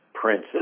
princes